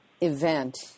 event